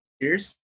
years